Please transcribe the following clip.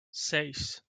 seis